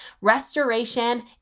restoration